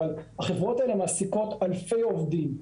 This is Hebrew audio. אבל החברות האלה מעסיקות אלפי עובדים.